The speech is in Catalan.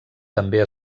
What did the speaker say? també